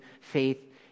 faith